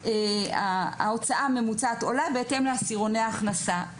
שההוצאה הממוצעת עולה בהתאם לעשירוני הכנסה.